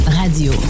radio